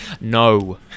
No